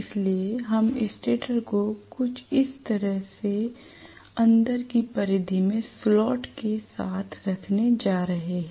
इसलिए हम स्टेटर को कुछ इस तरह से अंदर की परिधि में स्लॉट के साथ रखने जा रहे हैं